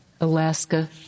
Alaska